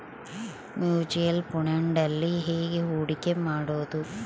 Mutual ಫುಣ್ಡ್ನಲ್ಲಿ ಹೇಗೆ ಹೂಡಿಕೆ ಮಾಡುವುದು?